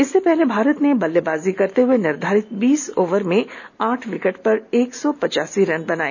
इससे पहले भारत ने बल्लेबाजी करते हुए निर्धारित बीस ओवर में आठ विकेट पर एक सौ पचासी रन बनाए